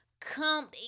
come